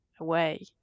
away